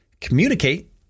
communicate